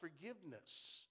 forgiveness